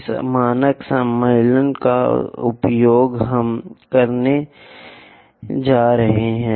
इस मानक सम्मेलन का उपयोग हम करने जा रहे हैं